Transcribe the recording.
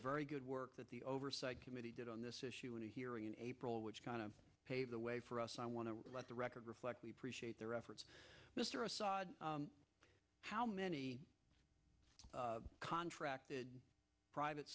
very good work at the oversight committee did on this issue in a hearing in april which kind of pave the way for us i want to let the record reflect we appreciate their efforts how many contract private